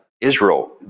Israel